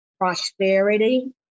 prosperity